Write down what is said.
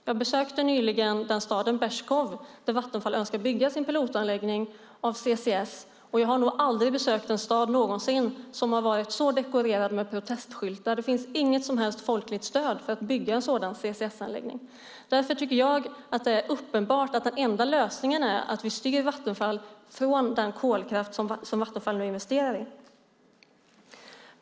Jag besökte nyligen staden Beeskow, där Vattenfall önskar bygga sin pilotanläggning av CCS, och jag har nog aldrig någonsin besökt en stad som har varit så dekorerad med protestskyltar. Det finns inget som helst folkligt stöd för att bygga en sådan CSS-anläggning. Därför tycker jag att det är uppenbart att den enda lösningen är att vi styr Vattenfall från den kolkraft som Vattenfall investerar i.